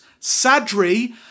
Sadri